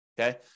okay